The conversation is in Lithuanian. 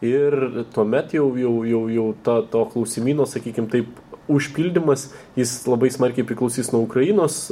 ir tuomet jau jau jau jau ta to klausimyno sakykim taip užpildymas jis labai smarkiai priklausys nuo ukrainos